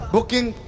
Booking